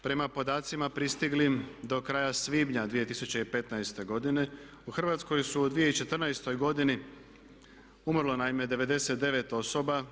Prema podacima pristiglim do kraja svibnja 2015. godine u Hrvatskoj je u 2014. godini umrlo naime 99 osoba.